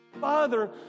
Father